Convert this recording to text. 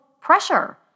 pressure